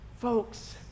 Folks